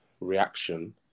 reaction